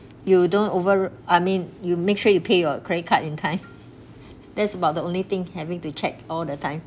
you don't overlo~ I mean you make sure you pay your credit card in time that's about the only thing having to check all the time